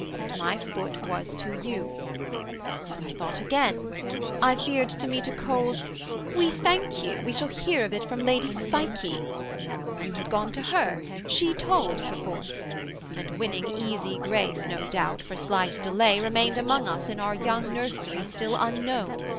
and my foot was to you but i thought again i feared to meet a cold we thank you, we shall hear of it from lady psyche you had gone to her, she told, perforce and winning easy grace no doubt, for slight delay, remained among us in our young nursery still unknown,